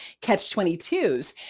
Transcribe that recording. catch-22s